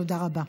תודה רבה.